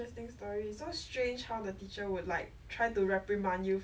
回家会骂我这样 then 爸爸骂骂人很凶对吗